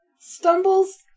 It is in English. stumbles